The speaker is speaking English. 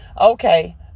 Okay